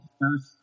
first